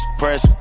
press